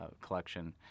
collection